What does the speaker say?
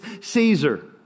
caesar